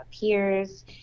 peers